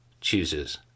chooses